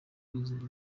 kwizerwa